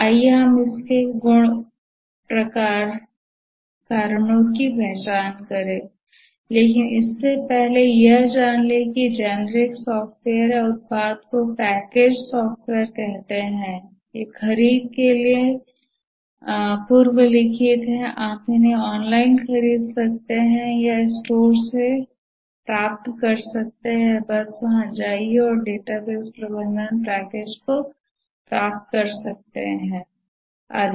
आइए हम इसके कारण की पहचान करें लेकिन इससे पहले यह जान ले कि जेनेरिक सॉफ़्टवेयर या उत्पाद को पैकेज्ड सॉफ़्टवेयर कहते हैं ये खरीद के लिए पूर्व लिखित हैं आप उन्हें ऑनलाइन खरीद सकते हैं या स्टोर से प्राप्त कर सकते हैं बस वहां जाइये और डेटाबेस प्रबंधन पैकेज प्राप्त कर सकते हैं इत्यादि